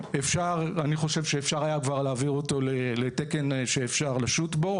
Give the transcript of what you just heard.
אני חושב שאפשר היה כבר להעביר אותו לתקן שאפשר לשוט בו,